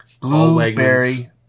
Blueberry